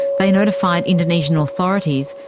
they notified indonesian authorities,